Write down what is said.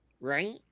right